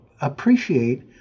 appreciate